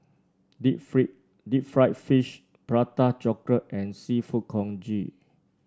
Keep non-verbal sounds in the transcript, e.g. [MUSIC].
deep [UNINTELLIGIBLE] Deep Fried Fish Prata Chocolate and seafood Congee